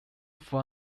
from